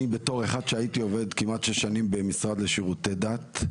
אני בתור אחד שהייתי עובד כמעט שש שנים במשרד לשירותי דת,